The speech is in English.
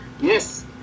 Yes